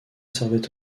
servait